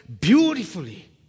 beautifully